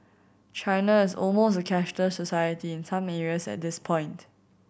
China is almost a cashless society in some areas at this point